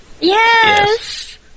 Yes